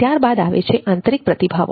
ત્યારબાદ આવે છે આંતરીક પ્રતિભાવો